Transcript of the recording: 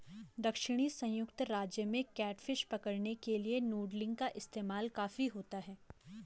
दक्षिणी संयुक्त राज्य में कैटफिश पकड़ने के लिए नूडलिंग का इस्तेमाल काफी होता है